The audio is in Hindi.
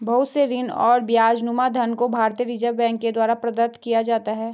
बहुत से ऋण और ब्याजनुमा धन को भारतीय रिजर्ब बैंक के द्वारा प्रदत्त किया जाता है